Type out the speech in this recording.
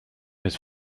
his